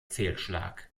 fehlschlag